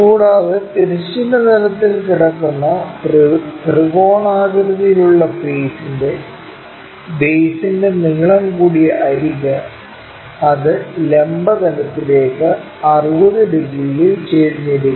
കൂടാതെ തിരശ്ചീന തലത്തിൽ കിടക്കുന്ന ത്രികോണാകൃതിയിലുള്ള ഫെയ്സ്ൻറെ ബെയ്സ്ന്റെ നീളംകൂടിയ അരിക് അത് ലംബ തലത്തിലേക്ക് 60 ഡിഗ്രിയിൽ ചരിഞ്ഞിരിക്കുന്നു